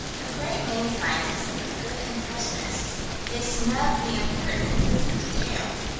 a great many scientists are good impressionists they snub the impertinences of details.